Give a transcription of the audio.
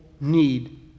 need